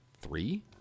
three